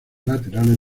laterales